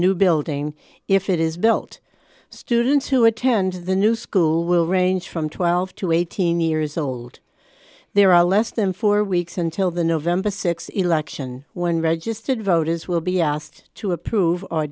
new building if it is built students who attend the new school will range from twelve to eighteen years old there are less than four weeks until the november th election when registered voters will be asked to approve or